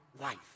life